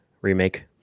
remake